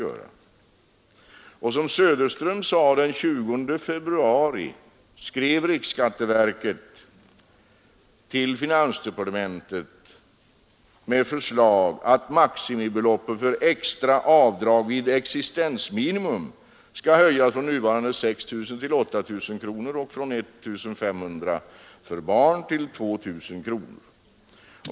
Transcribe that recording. Som herr Söderström sade skrev riksskatteverket till finansdepartementet den 20 februari och framlade förslag om att maximibeloppet för extra avdrag vid existensminimum måtte höjas från nuvarande 6 000 till 8 000 kronor och från 1 500 kronor för barn till 2 000 kronor. Herr talman!